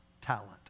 talent